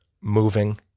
moving